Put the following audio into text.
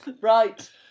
Right